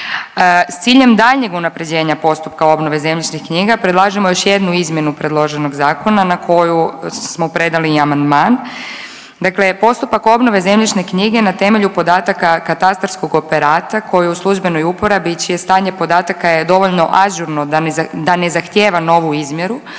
S ciljem daljnjeg unaprjeđenja postupka obnova zemljišnih knjiga predlažemo još jednu izmjenu predloženog zakona na koju smo predali i amandman. Dakle postupak obnove zemljišne knjige na temelju podataka katastarskog operata koji je u službenoj uporabi i čije stanje podataka je dovoljno ažurno da ne zahtjeva novu izmjeru,